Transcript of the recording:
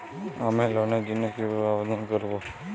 আমি লোনের জন্য কিভাবে আবেদন করব?